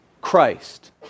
Christ